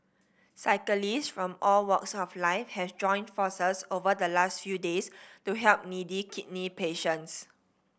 cyclist from all walks of life have joined forces over the last few days to help needy kidney patients